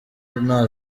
nta